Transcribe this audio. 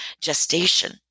gestation